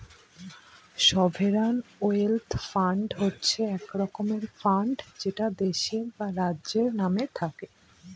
sovereign wealth fund হচ্ছে এক রকমের ফান্ড যেটা দেশের বা রাজ্যের নামে থাকে